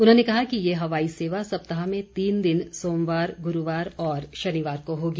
उन्होंने कहा कि ये हवाई सेवा सप्ताह में तीन दिन सोमवार गुरूवार और शनिवार को होगी